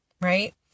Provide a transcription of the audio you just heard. right